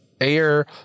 air